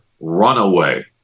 runaway